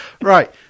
Right